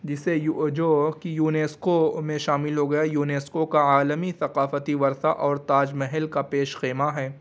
جس سے جو کہ یونیسکو میں شامل ہو گیا یونیسکو کا عالمی ثقافتی ورثہ اور تاج محل کا پیش خیمہ ہیں